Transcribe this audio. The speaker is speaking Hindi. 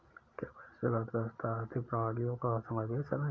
क्या वैश्विक अर्थव्यवस्था आर्थिक प्रणालियों का समावेशन है?